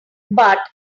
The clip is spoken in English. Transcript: but